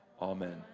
Amen